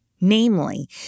Namely